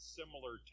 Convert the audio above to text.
similar